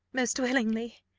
most willingly,